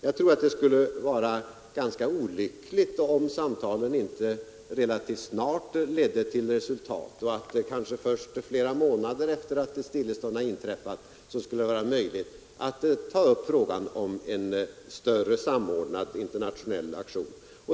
Jag tror att det skulle vara ganska olyckligt, om samtalen inte relativt snart ledde till resultat och att kanske först flera månader efter att stillestånd har inträffat det skulle vara möjligt att ta upp frågan om en större samordnad internationell aktion.